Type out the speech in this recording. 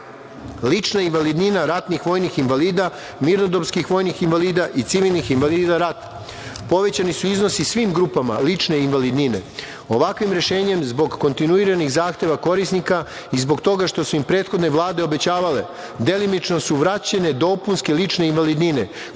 lična invalidnina ratnih vojnih invalida, mirnodopskih vojnih invalida i civilnih invalida rata. Povećani su iznosi i svim grupama lične invalidnine. Ovakvim rešenjem zbog kontinuiranih zahteva korisnika i zbog toga što su im prethodne Vlade obećavale delimično su vraćene dopunske lične invalidnine